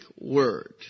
word